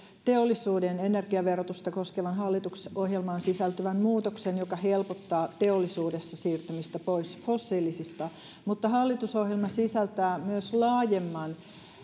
teollisuuden energiaverotusta koskevan hallitusohjelmaan sisältyvän muutoksen joka helpottaa teollisuudessa siirtymistä pois fossiilisista hallitusohjelma sisältää myös laajemman